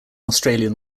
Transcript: australian